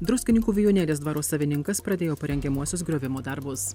druskininkų vijūnėlės dvaro savininkas pradėjo parengiamuosius griovimo darbus